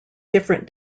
different